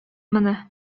моны